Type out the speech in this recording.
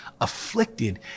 afflicted